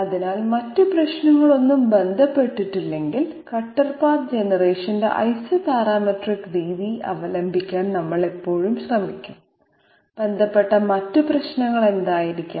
അതിനാൽ മറ്റ് പ്രശ്നങ്ങളൊന്നും ബന്ധപ്പെട്ടിട്ടില്ലെങ്കിൽ കട്ടർ പാത്ത് ജനറേഷന്റെ ഐസോപാരാമെട്രിക് രീതി അവലംബിക്കാൻ നമ്മൾ എപ്പോഴും ശ്രമിക്കും ബന്ധപ്പെട്ട മറ്റ് പ്രശ്നങ്ങൾ എന്തായിരിക്കാം